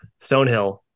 Stonehill